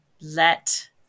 let